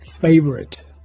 favorite